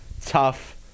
tough